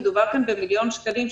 היא מיליון שקלים,